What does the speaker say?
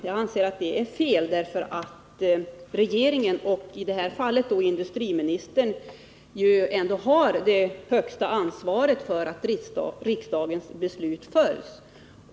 Jag anser att det är fel, därför att regeringen — och i detta fall industriministern — ändå har det högsta ansvaret för att riksdagens beslut följs.